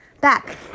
Back